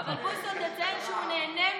אבל בוסו, תציין שהוא נהנה מזה.